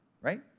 right